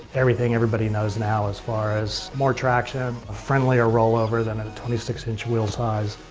everything everybody knows now as far as, more traction, a friendlier roll over then a twenty six inch wheel size,